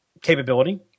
capability